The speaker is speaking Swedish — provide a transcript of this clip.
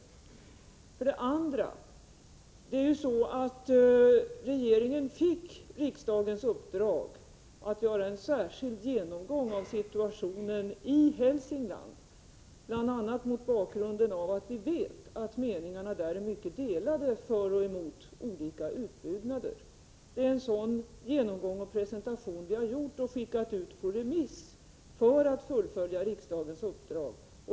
— 23 november 1984 För det andra fick ju regeringen riksdagens uppdrag att göra en särskild genomgång av situationen i Hälsingland, bl.a. mot bakgrunden av att vi vet Om planerad kraft att meningarna där är starkt delade för och emot olika utbyggnader. Det är verksutbyggnad i en sådan genomgång och presentation vi har gjort och skickat ut på remiss för Mellanljusnan att fullfölja riksdagens uppdrag.